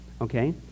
Okay